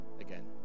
again